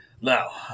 Now